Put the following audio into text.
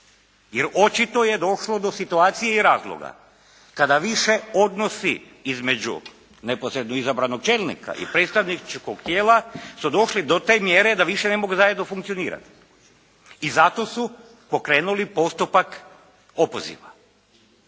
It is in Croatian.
Jer očito je došlo do situacije i razloga kada više odnosi između neposredno izabranog čelnika i predstavničkog tijela su došli do te mjere da više ne mogu zajedno funkcionirati. I zato su pokrenuli postupak opoziva.